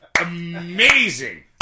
Amazing